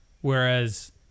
whereas